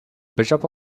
bishop